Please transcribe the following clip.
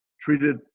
treated